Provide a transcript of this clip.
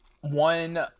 one